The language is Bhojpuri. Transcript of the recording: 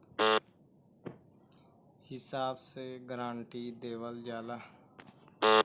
हिसाब से गारंटी देवल जाला